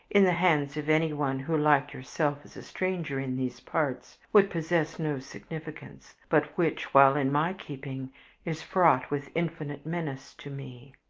in the hands of anyone who, like yourself, is a stranger in these parts, would possess no significance, but which while in my keeping is fraught with infinite menace to me.